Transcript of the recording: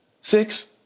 Six